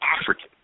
African